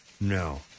No